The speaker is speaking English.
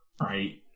right